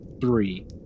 three